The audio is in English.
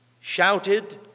shouted